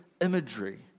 imagery